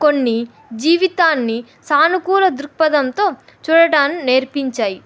కొన్ని జీవితాన్ని సానుకూల దృక్పథంతో చూడడాన్ని నేర్పించాయి